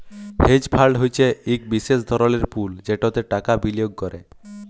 hedge fund হছে ইক বিশেষ ধরলের পুল যেটতে টাকা বিলিয়গ ক্যরে